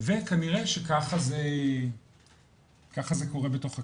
וכנראה שככה זה קורה בתוך הקהילה,